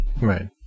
Right